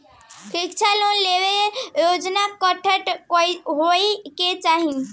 शिक्षा लोन लेवेला योग्यता कट्ठा होए के चाहीं?